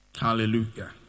Hallelujah